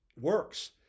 Works